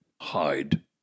hide